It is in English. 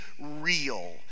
real